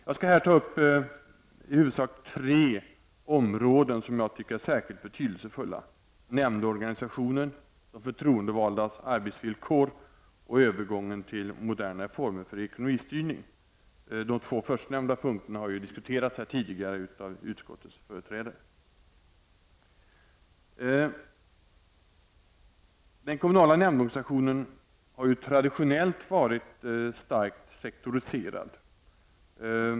Jag skall ta upp i huvudsak tre områden som jag tycker är särskilt betydelsefulla: nämndorganisationen, de förtroendevaldas arbetsvillkor och övergången till modernare former för ekonomistyrning. De två förstnämnda punkterna har diskuterats här tidigare av utskottets företrädare. Den kommunala nämndorganisationen har traditionellt varit starkt sektoriserad.